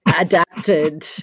adapted